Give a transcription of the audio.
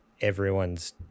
everyone's